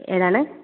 ഏതാണ്